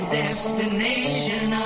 destination